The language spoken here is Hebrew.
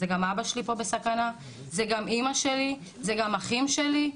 גם אבא שלי פה בסכנה, גם אמא שלי, גם האחים שלי.